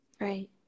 Right